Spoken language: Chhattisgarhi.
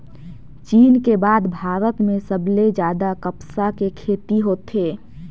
चीन के बाद भारत में सबले जादा कपसा के खेती होथे